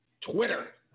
Twitter